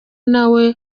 nawe